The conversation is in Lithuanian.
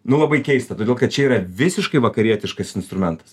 nu labai keista todėl kad čia yra visiškai vakarietiškas instrumentas